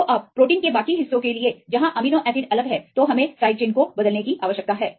तो अब प्रोटीन के बाकी हिस्सों के लिए जहां अमीनो एसिड अलग हैं तो हमें साइड चेन को बदलने की आवश्यकता है